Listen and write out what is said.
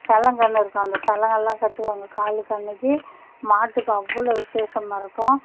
சலங்கன்னு இருக்கும் அந்த சலங்கையெல்லாம் கட்டுவாங்க காலுக்கு அன்றைக்கி மாட்டுக்கு அவ்வளோ விஷேஷமாக இருக்கும்